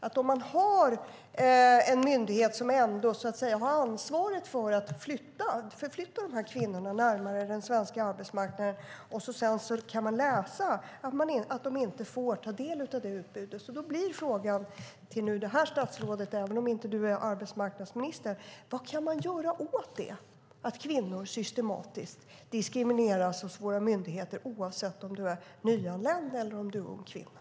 Här har en myndighet ansvaret för att flytta dessa kvinnor närmare arbetsmarknaden, men samtidigt kan man läsa att de inte får ta del av utbudet. Min fråga till statsrådet blir, även om han inte är arbetsmarknadsminister: Vad kan man göra åt det faktum att kvinnor, oavsett om de är nyanlända eller unga, systematiskt diskrimineras av våra myndigheter?